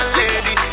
lady